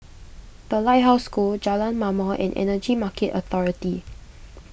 the Lighthouse School Jalan Ma'mor and Energy Market Authority